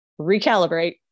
recalibrate